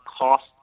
cost